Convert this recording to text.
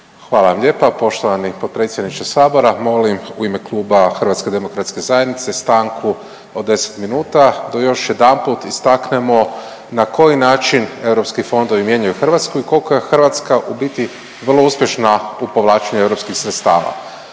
Hvala vam lijepa poštovani potpredsjedniče Sabora. Molim u ime Kluba HDZ-a stanku od 10 minuta da još jedanput istaknemo na koji način EU fondovi mijenjaju Hrvatsku i koliko je Hrvatska u biti vrlo uspješna u povlačenju EU sredstava,